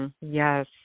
Yes